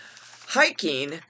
hiking